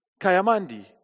Kayamandi